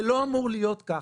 זה לא אמור להיות כך.